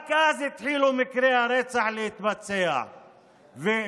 רק אז התחילו מקרי הרצח להתבצע ולקרות